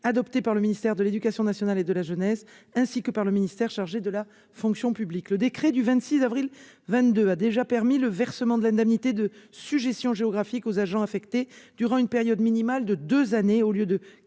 adoptées par le ministère de l'éducation nationale et de la jeunesse, ainsi que par le ministère chargé de la fonction publique. Le décret du 26 avril 2022 a déjà permis le versement de l'indemnité de sujétion géographique aux agents affectés durant une période minimale de deux années, au lieu de